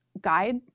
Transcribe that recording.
guide